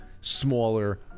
Smaller